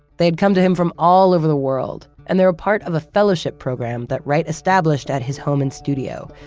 they'd come to him from all over the world and they were part of a fellowship program that wright established at his home and studio,